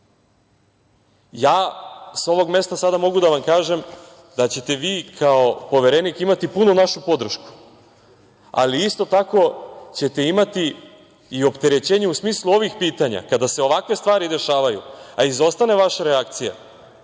sa ovog mesta sada mogu da vam kažem da ćete vi kao poverenik imati punu našu podršku, ali isto tako ćete imati i opterećenje u smislu ovih pitanja. Kada se ovakve stvari dešavaju, a izostane vaša reakcija,